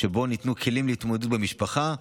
שבו ניתנו כלים להתמודדות במשפחה.